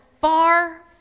far